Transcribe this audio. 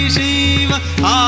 Shiva